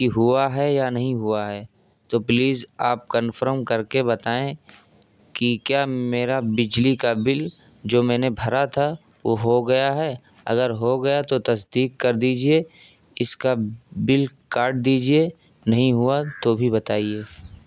کہ ہوا ہے یا نہیں ہوا ہے تو پلیز آپ کنفرم کرکے بتائیں کہ کیا میرا بجلی کا بل جو میں نے بھرا تھا وہ ہو گیا ہے اگر ہو گیا تو تصدیق کر دیجیے اس کا بل کاٹ دیجیے نہیں ہوا تو بھی بتائیے